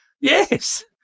Yes